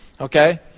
Okay